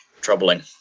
Troubling